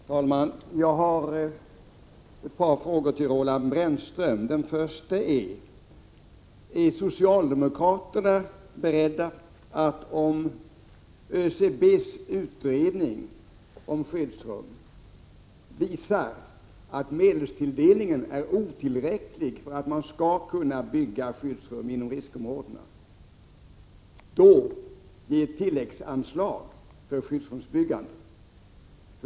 Herr talman! Jag vill ställa ett par frågor till Roland Brännström. Är socialdemokraterna beredda att ge tilläggsanslag för byggande av skyddsrum inom riskområdena, om ÖCB:s utredning om skyddsrum visar att medelstilldelningen är otillräcklig?